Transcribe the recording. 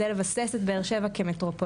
לבסס את באר שבע כמטרופולין.